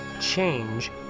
change